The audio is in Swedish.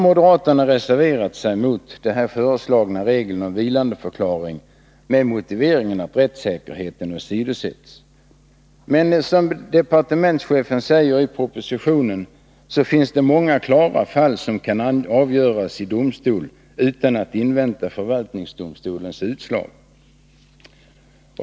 Moderaterna har reserverat sig mot den föreslagna regeln om vilandeförklaring med motiveringen att rättssäkerheten åsidosätts. Men som departementschefen säger i propositionen finns det många klara fall som kan avgöras i domstol utan att man inväntar förvaltningsdomstolens utslag.